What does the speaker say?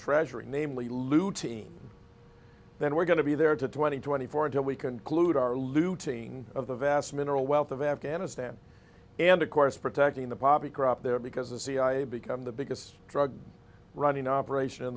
treasury namely lutein then we're going to be there to twenty twenty four until we conclude our looting of the vast mineral wealth of afghanistan and of course protecting the poppy crop there because the cia become the biggest drug running operation